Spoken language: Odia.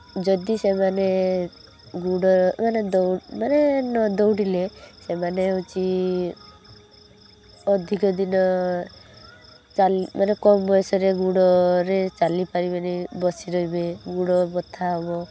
ଯଦି ସେମାନେ ଗୋଡ଼ ମାନେ ଦୌଡ଼ ମାନେ ନ ଦୌଡ଼ିଲେ ସେମାନେ ହେଉଛି ଅଧିକ ଦିନ ଚାଲି ମାନେ କମ ବୟସରେ ଗୋଡ଼ରେ ଚାଲି ପାରିବେନି ବସି ରହିବେ ଗୋଡ଼ ବଥା ହେବ